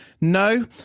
No